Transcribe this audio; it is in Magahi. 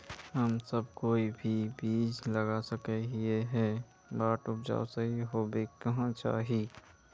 हम सब कोई भी बीज लगा सके ही है बट उपज सही होबे क्याँ चाहिए?